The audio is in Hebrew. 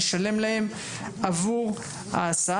לשלם להם עבור ההסעה.